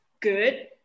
good